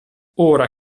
ora